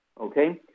Okay